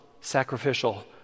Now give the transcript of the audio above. sacrificial